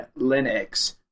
Linux